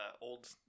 old